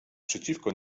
przeciwko